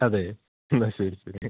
അതെ എന്നാല് ശരി ശരി